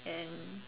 and